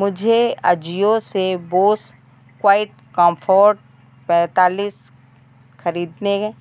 मुझे ऑजियो से Bose quiet comfort पैंतालिस खरीदने